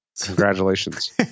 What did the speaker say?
Congratulations